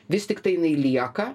vis tiktai jinai lieka